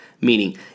Meaning